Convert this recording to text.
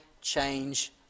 change